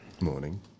Morning